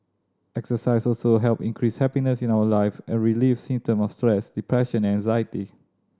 exercise also help increase happiness in our life and relieve symptom of stress depression and anxiety